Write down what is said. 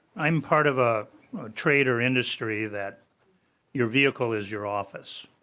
i am part of a trade or industry that your vehicle is your office.